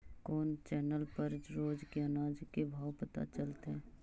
कोन चैनल पर रोज के अनाज के भाव पता चलतै?